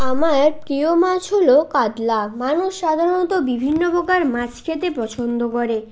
আমার প্রিয় মাছ হল কাতলা মানুষ সাধারণত বিভিন্ন প্রকার মাছ খেতে পছন্দ করে